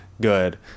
good